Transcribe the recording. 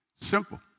Simple